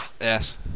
Yes